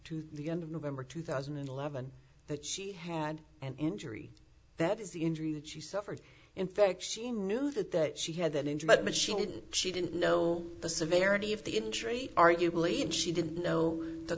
to the end of november two thousand and eleven that she had an injury that is the injury that she suffered in fact she knew that that she had an injury but she didn't she didn't know the severity of the injury arguably and she didn't know the